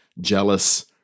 Jealous